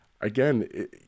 again